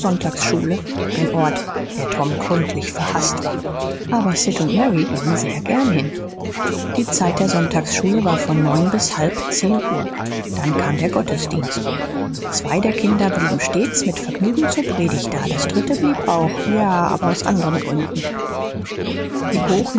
ein ort der tom gründlich verhaßt war aber sid und mary gingen sehr gern hin die zeit der sonntagsschule war von neun bis halb zehn uhr dann kam der gottesdienst zwei der kinder blieben stets mit vergnügen zur predigt da das dritte blieb auch ja aber aus anderen gründen die